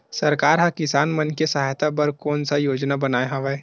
सरकार हा किसान मन के सहायता बर कोन सा योजना बनाए हवाये?